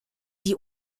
die